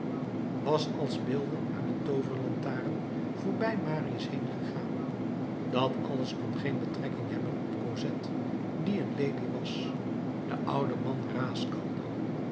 was als beelden uit een tooverlantaarn voorbij marius heengegaan dat alles kon geen betrekking hebben op cosette die een lelie was de oude man